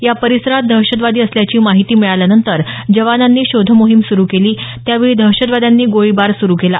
या परिसरात दहशतवादी असल्याची माहिती मिळाल्यानंतर जवानांनी शोधमोहीम सुरु केली त्यावेळी दहशतवाद्यांनी गोळीबार सुरु केला